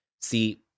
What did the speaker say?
see